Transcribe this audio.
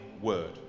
word